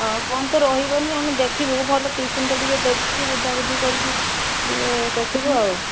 ହଁ କମ୍ ତ ରହିବନି ଆମେ ଦେଖିବୁ ଭଲ ଟିଉସନ୍ ଟେ ଟିକିଏ ଦେଖିକି ବୁଝାବୁଝି କରିକି ଟିକିଏ ଦେଖିବୁ ଆଉ